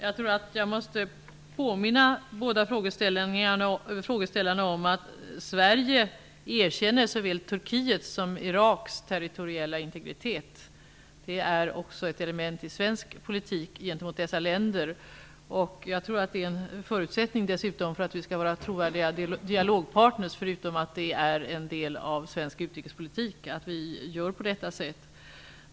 Herr talman! Jag måste påminna båda frågeställarna om att Sverige erkänner såväl Turkiets som Iraks territoriella integritet. Det är ett element i svensk politik gentemot dessa länder. Jag tror att det dessutom är en förutsättning för att vi skall vara trovärdiga dialogpartner, förutom att det är en del av svensk utrikespolitik.